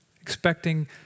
expecting